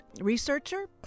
researcher